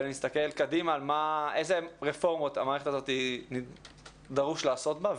ולהסתכל קדימה איזה רפורמות המערכת הזאת דרוש לעשות בה,